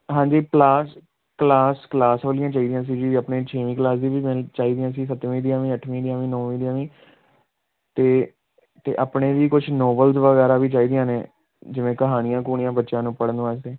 ਹਾਂਜੀ class class class ਵਾਲੀਆਂ ਚਾਹੀਦੀਆਂ ਸੀ ਜੀ ਆਪਣੇ ਛੇਵੀਂ ਕਲਾਸ ਦੀ ਵੀ ਮੈਨੂੰ ਚਾਹੀਦੀਆਂ ਸੀ ਸੱਤਵੀਂ ਦੀਆਂ ਵੀ ਅੱਠਵੀਂ ਦੀਆਂ ਵੀ ਨੌਂਵੀਂ ਦੀਆਂ ਵੀ ਅਤੇ ਅਤੇ ਆਪਣੇ ਵੀ ਕੁਛ ਨੋਵਲਸ ਵਗੈਰਾ ਵੀ ਚਾਹੀਦੀਆਂ ਨੇ ਜਿਵੇਂ ਕਹਾਣੀਆਂ ਕਹੂਣੀਆਂ ਬੱਚਿਆਂ ਨੂੰ ਪੜ੍ਹਨ ਵਾਸਤੇ